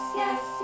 yes